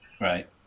Right